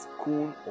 school